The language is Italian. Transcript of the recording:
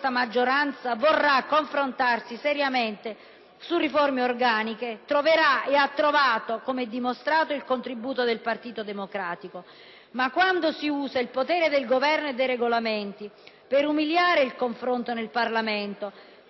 la maggioranza vorranno confrontarsi seriamente su riforme organiche, troveranno - e hanno trovato, come è dimostrato - il contributo del Partito Democratico; tuttavia, quando si usa il potere del Governo e dei Regolamenti per umiliare il confronto nel Parlamento,